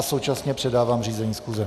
Současně předávám řízení schůze.